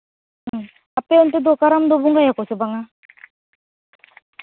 ᱟᱯᱮ ᱚᱱᱛᱮ ᱫᱚ ᱠᱟᱨᱟᱢ ᱫᱚ ᱵᱚᱸᱜᱟᱭᱟᱠᱚ ᱥᱮ ᱵᱟᱝᱼᱟ